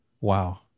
Wow